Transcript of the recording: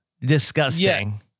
Disgusting